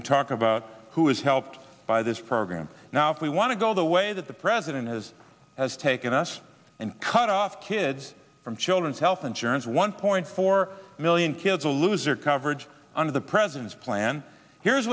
we talk about who is helped by this program now if we want to go the way that the president has taken us and cut off kids from children's health insurance one point four million kids a loser coverage under the president's plan here's